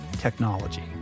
Technology